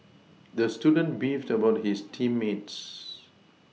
the student beefed about his team mates